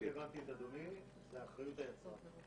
אם הבנתי את אדוני, זאת אחריות היצרן.